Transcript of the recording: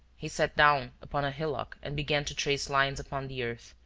he sat down upon a hillock and began to trace lines upon the earth,